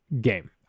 game